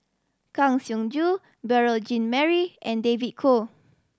Kang Siong Joo Beurel Jean Marie and David Kwo